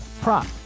prop